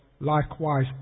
Likewise